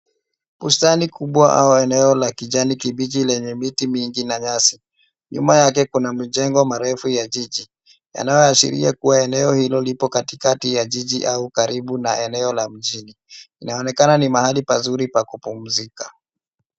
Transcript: Bustani kubwa au eneo la kijani kibichi lenye miti mingi na nyasi. Nyuma yake kuna majengo marefu ya jiji .Yanaoashiria kuwa eneo hilo lipo katikati ya jiji au karibu na eneo la mjini. Inaonekana ni mahali pazuri pa kupumzika.